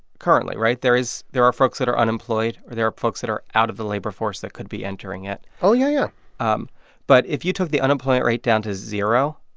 currently, right? there is there are folks that are unemployed. there are folks that are out of the labor force that could be entering it oh, yeah, yeah um but if you took the unemployment rate down to zero,